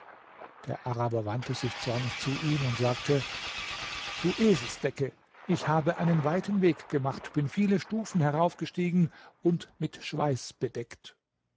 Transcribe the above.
der araber wandte sich zornig zu ihm und sagte du eselsdecke ich habe einen weiten weg gemacht bin viele stufen heraufgestiegen und mit schweiß bedeckt